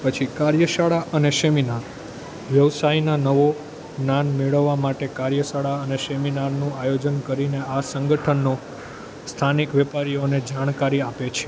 પછી કાર્યશાળા અને સેમિનાર વ્યવસાયના નવો જ્ઞાન મેળવવા માટે કાર્યશાળા અને સેમિનારનું આયોજન કરીને આ સંગઠનો સ્થાનિક વેપારીઓને જાણકારી આપે છે